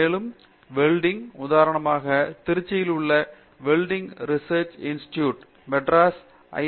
மேலும் வெல்டிங் உதாரணமாக திருச்சியில் உள்ள வெல்டிங் ரிசர்ச் இன்ஸ்டிட்யூட் மெட்ராஸ் ஐ